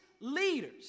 leaders